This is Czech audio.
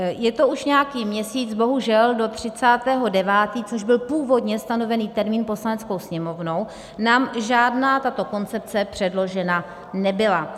Je to už nějaký měsíc, bohužel do 30. 9., což byl původně stanovený termín Poslaneckou sněmovnou, nám žádná tato koncepce předložena nebyla.